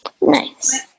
Nice